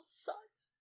sucks